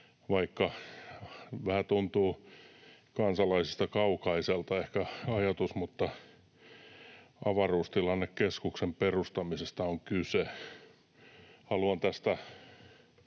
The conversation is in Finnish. vaikka vähän tuntuu kansalaisista kaukaiselta ehkä ajatus, niin avaruustilannekeskuksen perustamisesta on kyse. Haluan tästä